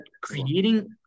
creating